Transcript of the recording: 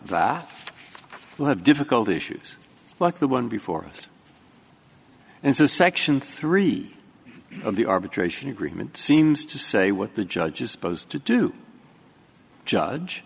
you have difficult issues like the one before us and so section three of the arbitration agreement seems to say what the judge is supposed to do judge